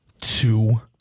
two